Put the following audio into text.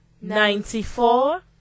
ninety-four